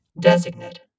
Designate